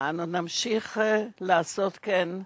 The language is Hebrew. ואנו נמשיך לעשות כן.